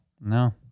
No